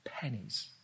pennies